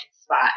spot